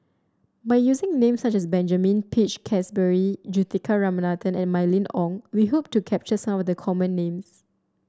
by using names such as Benjamin Peach Keasberry Juthika Ramanathan and Mylene Ong we hope to capture some of the common names